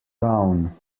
down